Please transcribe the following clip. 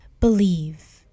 Believe